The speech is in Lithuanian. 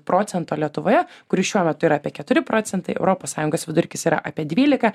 procento lietuvoje kuri šiuo metu yra apie keturi procentai europos sąjungos vidurkis yra apie dvylika